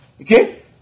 Okay